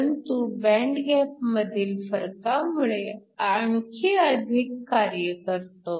परंतु band gap मधील फरकामुळे आणखी अधिक कार्य करतो